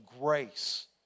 grace